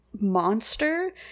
Monster